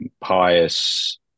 Pious